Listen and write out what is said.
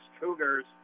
Cougars